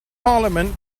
parliament